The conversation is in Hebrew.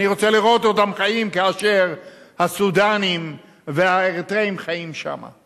אני רוצה לראות אותם חיים כאשר הסודנים והאריתריאים חיים שם.